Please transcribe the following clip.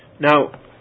Now